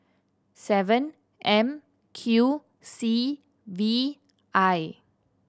seven M Q C V I